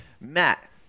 Matt